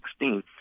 2016